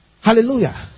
Hallelujah